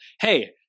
hey